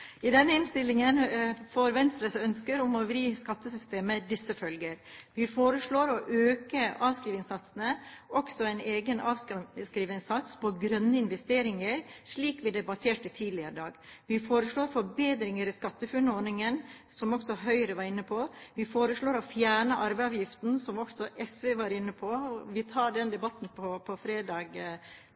I denne innstillingen får Venstres ønsker om å vri skattesystemet disse følger: Vi foreslår å øke avskrivningssatsene, også en egen avskrivningssats på grønne investeringer – slik vi debatterte tidligere i dag. Vi foreslår forbedringer i SkatteFUNN-ordningen, som også Høyre var inne på. Vi foreslår å fjerne arveavgiften, som også SV var inne på. Vi tar den debatten på fredag.